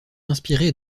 inspiré